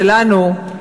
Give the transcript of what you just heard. שלנו,